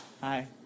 Hi